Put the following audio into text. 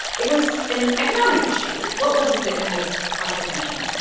it was an economic issue. what was it that kind of caught your attention?